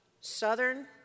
southern